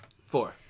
Four